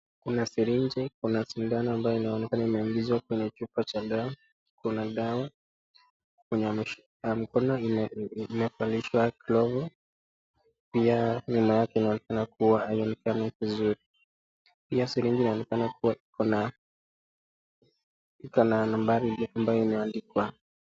Kuna siringi, kuna sindano ambayo inaonekana imeingizwa kwenye chupa cha dawa. Kuna dawa. Mkononi imevalishwa glovu. Pia nyuma yake inaonekana kuwa haionekani vizuri. Pia siringi inaonekana kuwa iko na nambari ambayo imeandikwa.